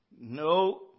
no